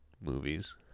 movies